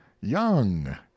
young